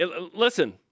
Listen